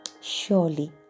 Surely